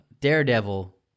Daredevil